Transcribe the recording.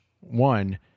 one